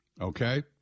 Okay